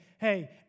hey